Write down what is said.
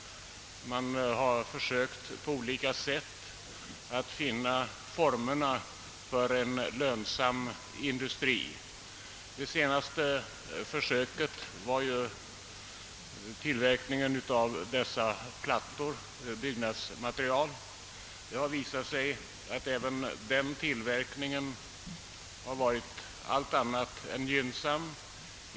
Man har på olika sätt försökt att finna former för en lönsam industri. Det senaste försöket var tillverkningen av byggnadsmaterial i form av plattor. Även denna tillverkning har visat sig vara allt annat än lönsam.